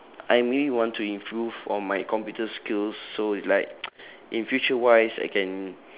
I may want to improve on my computer skills so it's like in future wise I can